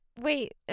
Wait